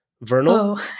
Vernal